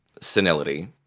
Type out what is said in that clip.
senility